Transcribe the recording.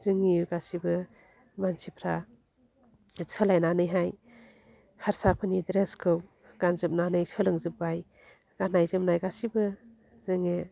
जोंनि गासिबो मानसिफ्रा सोलायनानैहाय हारसाफोरनि ड्रेसखौ गानजोबनानै सोलोंजोब्बाय गान्नाय जोमनाय गासिबो जोङो